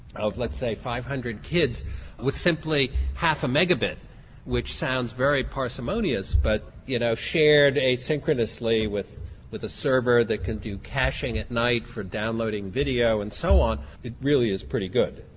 of let's say five hundred kids with simply half a megabit which sounds very parsimonious but you know shared asynchronously with with a server that can do caching at night for downloading video and so on it really is pretty good.